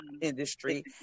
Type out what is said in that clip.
industry